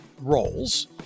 roles